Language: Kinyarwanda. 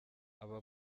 aba